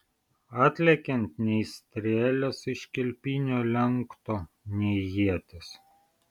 atlekiant nei strėlės iš kilpinio lenkto nei ieties